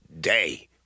day